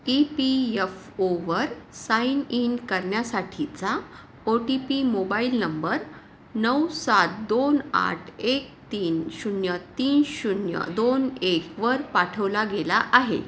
E P F ओवर sign in करण्यासाठीचा O T P mobile number नऊ सात दोन आठ एक तीन शून्य तीन शून्य दोन एकवर पाठवला गेला आहे